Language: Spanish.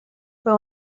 fue